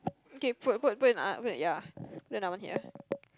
okay put put put in uh put in ya put in then I won't hear